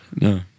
no